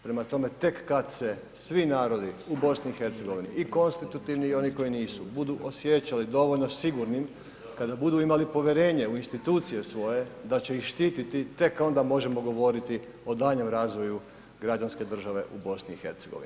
Prema tome, tek kada se svi narodi u BiH i konstitutivni i oni koji nisu budu osjećali dovoljno sigurnim, kada budu imali povjerenje u institucije svoje da će ih štiti tek onda možemo govoriti o daljnjem razvoju građanske države u BiH.